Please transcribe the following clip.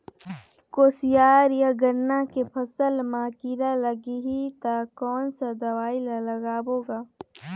कोशियार या गन्ना के फसल मा कीरा लगही ता कौन सा दवाई ला लगाबो गा?